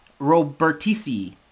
robertisi